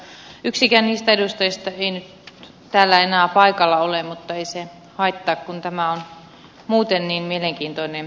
yksikään niistä edustajista ei nyt täällä enää paikalla ole mutta ei se haittaa kun tämä on muuten niin mielenkiintoinen kokemus